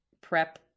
prep